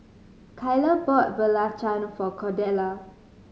Kyler bought belacan for Cordella